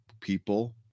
people